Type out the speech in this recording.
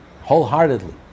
Wholeheartedly